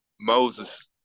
Moses